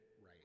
right